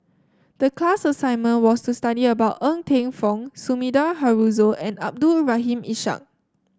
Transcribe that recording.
the class assignment was to study about Ng Teng Fong Sumida Haruzo and Abdul Rahim Ishak